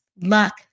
luck